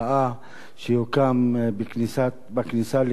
שהוקם בכניסה לכפר חורפיש.